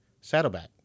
Saddleback